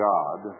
God